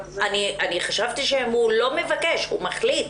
חשבתי שהוא לא מבקש, הוא מחליט.